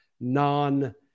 non